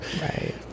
Right